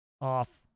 off